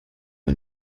mal